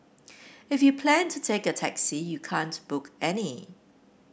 if you plan to take a taxi you can't book any